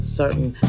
certain